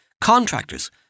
Contractors